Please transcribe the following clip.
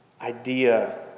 idea